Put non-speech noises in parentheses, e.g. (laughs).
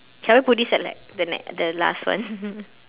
can I put this at like the ne~ the last one (laughs)